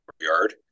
yard